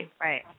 Right